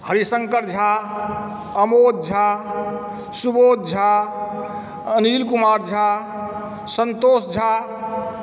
Harishankar Jha Amod Jha Subodh Jha Anil Kumar Jha Santosh Jha